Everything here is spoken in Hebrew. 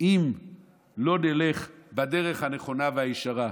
אם לא נלך בדרך הנכונה והישרה.